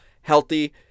healthy